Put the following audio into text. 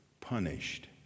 punished